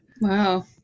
Wow